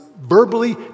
verbally